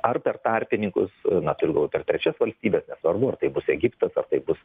ar per tarpininkus na turiu galvoj per trečias valstybes nesvarbu ar tai bus egiptas ar tai bus